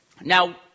Now